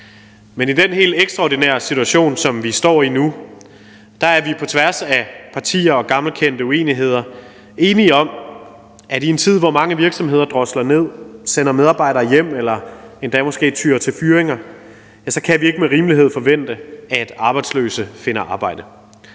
Men i den helt ekstraordinære situation, som vi står i nu, er vi på tværs af partier og gammelkendte uenigheder enige om, at vi i en tid, hvor mange virksomheder drosler ned, sender medarbejdere hjem eller måske endda tyer til fyringer, ikke med rimelighed kan forvente, at arbejdsløse finder arbejde.